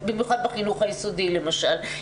במיוחד בחינוך היסודי למשל.